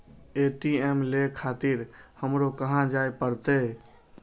ATM ले खातिर हमरो कहाँ जाए परतें?